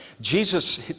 Jesus